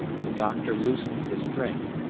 the doctor loosened the string,